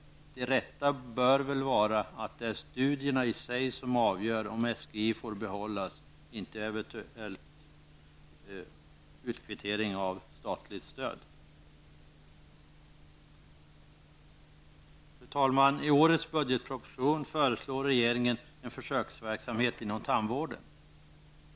Det rätta bör vara att det är studierna i sig som avgör om SGI får behållas, inte ett eventuellt statligt stöd. Fru talman! I årets budgetproposition föreslår regeringen en försöksverksamhet inom tandvården.